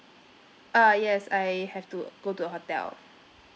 uh yes I have to go to a hotel